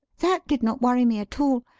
that did not worry me at all.